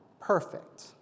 perfect